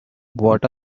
what